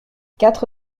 quatre